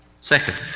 Second